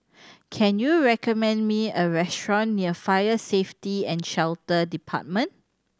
can you recommend me a restaurant near Fire Safety And Shelter Department